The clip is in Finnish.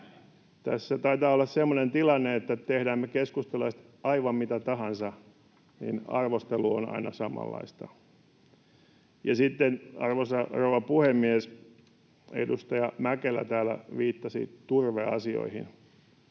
Tässä taitaa olla semmoinen tilanne, että tehdään me keskustalaiset aivan mitä tahansa, niin arvostelu on aina samanlaista. Sitten, arvoisa rouva puhemies, edustaja Mäkelä täällä viittasi turveasioihin.